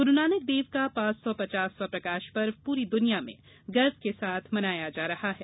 गुरूनानक देव का पांच सौ पचासवां प्रकाश पर्व पूरी दुनिया में गर्व के साथ मनाया जा रहा है